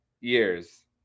years